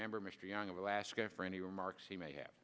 member mr young of alaska for any remarks he may have